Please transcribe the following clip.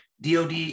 dod